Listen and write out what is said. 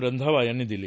रंधवा यांनी दिली